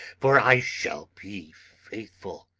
for i shall be faithful.